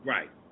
Right